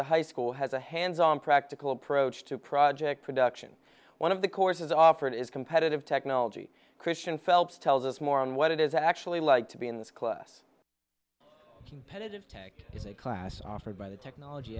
the high school has a hands on practical approach to project production one of the courses offered is competitive technology christian phelps tells us more on what it is actually like to be in this class competitive tech is a class offered by the technology